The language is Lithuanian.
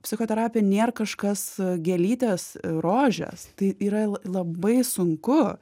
psichoterapija nėr kažkas gėlytės rožės tai yra la labai sunku